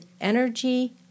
energy